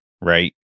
Right